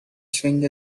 swing